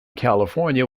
california